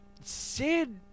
Sid